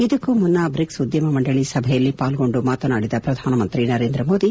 ಇದಕ್ಕೂ ಮುನ್ನ ಬ್ರಿಕ್ಸ್ ಉದ್ದಮ ಮಂಡಳಿ ಸಭೆಯಲ್ಲಿ ಪಾಲ್ಗೊಂಡು ಮಾತನಾಡಿದ ಪ್ರಧಾನಮಂತ್ರಿ ನರೇಂದ್ರ ಮೋದಿ